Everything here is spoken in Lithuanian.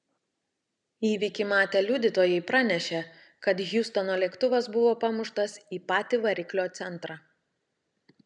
įvykį matę liudytojai pranešė kad hjustono lėktuvas buvo pamuštas į patį variklio centrą